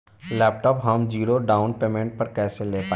Laptop हम zero down payment पर कैसे ले पाएम?